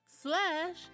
slash